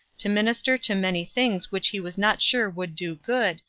to minister to many things which he was not sure would do good,